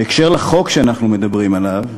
בהקשר של החוק שאנחנו מדברים עליו,